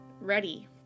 ready